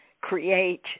create